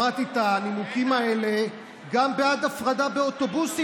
שמעתי את הנימוקים האלה גם בעד הפרדה באוטובוסים.